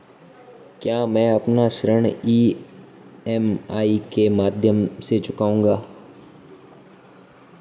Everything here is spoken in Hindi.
क्या मैं अपना ऋण ई.एम.आई के माध्यम से चुकाऊंगा?